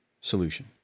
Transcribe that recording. solution